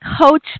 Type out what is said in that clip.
coach